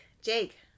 Jake